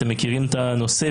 אתם מכירים את הנושא,